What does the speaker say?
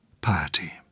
piety